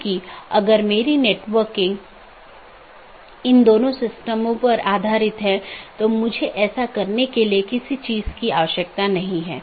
हालांकि हर संदेश को भेजने की आवश्यकता नहीं है